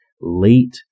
late